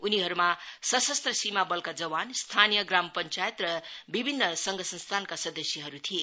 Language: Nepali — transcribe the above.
उनीहरूमा सशस्त्र सीमा बलका जवान स्थानिय ग्राम पञ्चायत र विभिन्न संघ संस्थानका सदस्यहरू थिए